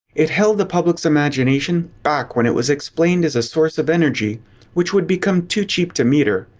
it held the public's imagination back when it was explained as a source of energy which would become too cheap to meter,